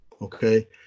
okay